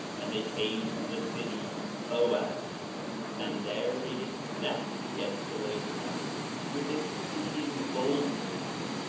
and they came to the city boaz and there they did stand against the lamanites with exceeding boldness,